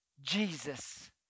Jesus